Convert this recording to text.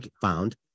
found